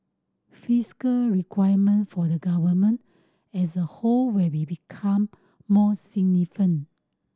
fiscal requirement for the Government as a whole will be become more significant